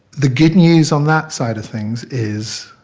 the good news on that side of things is.